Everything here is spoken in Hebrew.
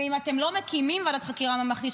ואם אתם לא מקימים ועדת חקירה ממלכתית,